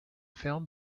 film